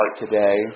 today